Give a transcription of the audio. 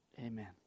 Amen